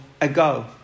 ago